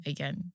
Again